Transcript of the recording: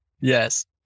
Yes